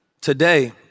Today